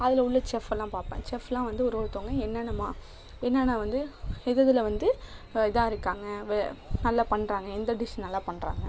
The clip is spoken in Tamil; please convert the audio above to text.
அதில் உள்ள செஃப்ஃபெல்லாம் பார்ப்பேன் செஃப்பெலாம் வந்து ஒரு ஒருத்தவங்கள் என்னென்ன மா என்னென்ன வந்து எதெதில் வந்து இதாக இருக்காங்க வெ நல்லா பண்ணுறாங்க எந்த டிஷ் நல்லா பண்ணுறாங்க